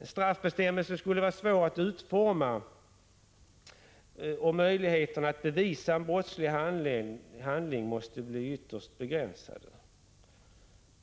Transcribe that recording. En straffbestämmelse skulle vara svår att utforma, och möjligheterna att bevisa en brottslig handling måste bli ytterst begränsade.